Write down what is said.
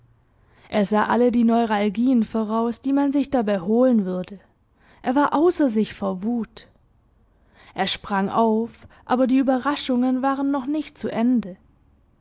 er sah alle die neuralgien voraus die man sich dabei holen würde er war außer sich vor wut er sprang auf aber die uberraschungen waren noch nicht zu ende